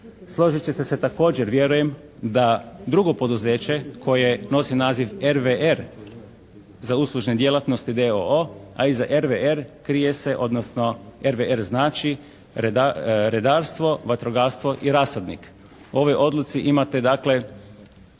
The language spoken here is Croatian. Složit ćete se također vjerujem da drugo poduzeće koje nosi naziv RVR za uslužne djelatnosti d.o.o., a iza RVR krije se, odnosno RVR znači redarstvo, vatrogastvo i rasadnik. U ovoj odluci imate dakle,